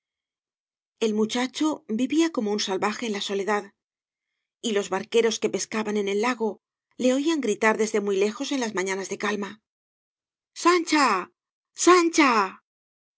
el muchacho vivía como un salvaje en la soledad y los barqueros que pescaban en el lago le oían gritar desde muy lejos en las mañanas de calma sancha sancha